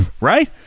Right